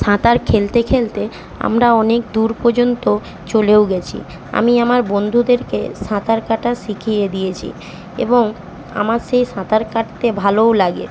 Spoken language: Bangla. সাঁতার খেলতে খেলতে আমরা অনেক দূর পর্যন্ত চলেও গেছি আমি আমার বন্ধুদেরকে সাঁতার কাটা শিখিয়ে দিয়েছি এবং আমার সেই সাঁতার কাটতে ভালোও লাগে